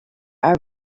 are